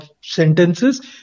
sentences